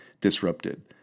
disrupted